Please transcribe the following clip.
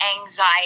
anxiety